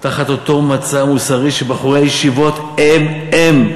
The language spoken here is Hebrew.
תחת אותו מצע מוסרי שבחורי הישיבות הם-הם,